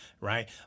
Right